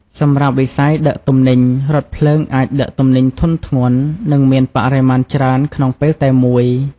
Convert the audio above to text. សម្រាប់វិស័យដឹកទំនិញ រថភ្លើងអាចដឹកទំនិញធុនធ្ងន់និងមានបរិមាណច្រើនក្នុងពេលតែមួយ។